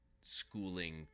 schooling